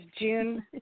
June